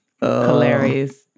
Hilarious